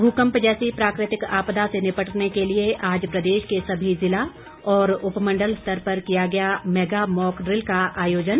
भूकम्प जैसी प्राकृतिक आपदा से निपटने के लिए आज प्रदेश के सभी जिला और उपमंडल स्तर पर किया गया मैगा मॉक ड्रिल का आयोजन